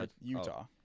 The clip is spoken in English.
Utah